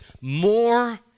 more